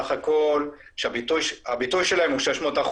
הביטוי שלנו הוא 600%,